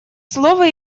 слово